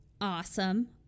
awesome